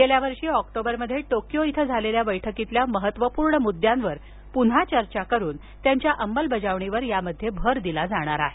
गेल्या वर्षी ऑक्टोबरमध्ये टोकियो इथं झालेल्या बैठकीतील महत्त्वपूर्ण मुद्द्यांवर प्रन्हा चर्चा करून त्यांच्या अंमलबजावणीवर यात भर दिला जाणार आहे